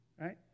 right